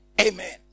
Amen